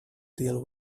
deal